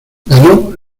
ganó